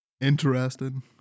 Interesting